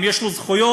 אם יש לו זכויות,